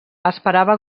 esperava